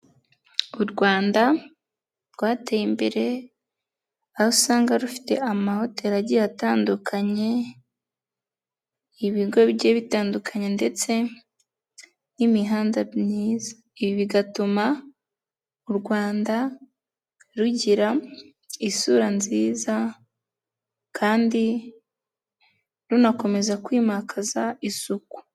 U Rwanda rwateye imbere, aho usanga rufite amahote igiye atandukanye, ibigo bigiye bitandukanye ndetse n'imihanda myiza. Ibi bigatuma u Rwanda rugira isura nziza kandi runakomeza kwimakaza isuku.